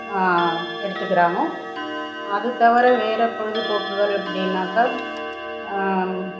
எடுத்துக்கிறாங்க அது தவிர வேறு பொழுதுபோக்குகள் அப்படின்னாக்கா